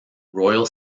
royal